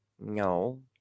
No